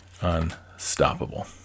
unstoppable